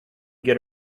get